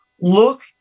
look